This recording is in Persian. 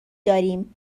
داریم